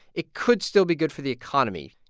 it could still be good for the economy,